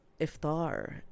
iftar